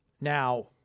Now